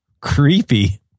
Creepy